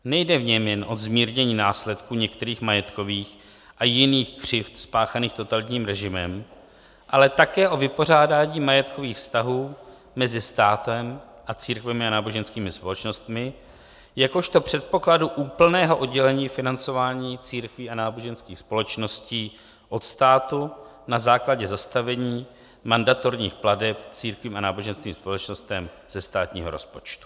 Nejde v něm jen o zmírnění následků některých majetkových a jiných křivd spáchaných totalitním režimem, ale také o vypořádání majetkových vztahů mezi státem a církvemi a náboženskými společnostmi jakožto předpokladu úplného oddělení financování církví a náboženských společností od státu na základě zastavení mandatorních plateb církvím a náboženským společnostem ze státního rozpočtu.